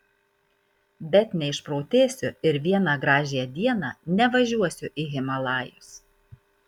bet neišprotėsiu ir vieną gražią dieną nevažiuosiu į himalajus